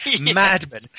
madman